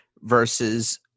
versus